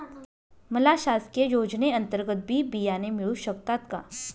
मला शासकीय योजने अंतर्गत बी बियाणे मिळू शकतात का?